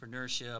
entrepreneurship